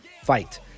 fight